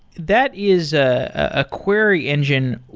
that is a ah query engine.